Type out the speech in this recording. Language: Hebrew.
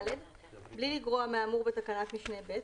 בלי לגרוע מהאמור בתקנת משנה (ב),